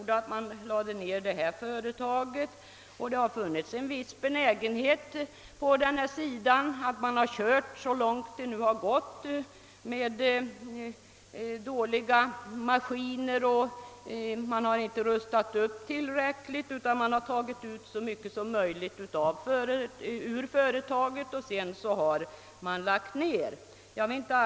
Det har förresten funnits en benägenhet i vissa företag att köra så länge som möjligt med dålig maskinpark, man har inte rustat upp tillräckligt utan tagit ut så mycket som möjligt ur företaget för att sedan lägga ned driften.